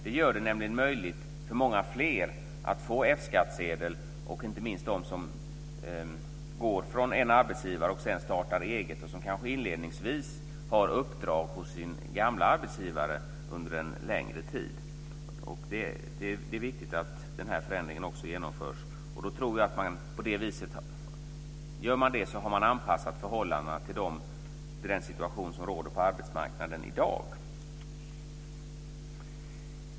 Det gör det nämligen möjligt för många fler att få F-skattsedel, inte minst de som går från en arbetsgivare för att starta eget och som kanske inledningsvis har uppdrag hos sin gamla arbetsgivare under en längre tid. Det är viktigt att den här förändringen genomförs. Gör man det har man anpassat förhållandena till de gränssituationer som råder på arbetsmarknaden i dag.